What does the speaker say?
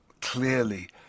clearly